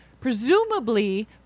presumably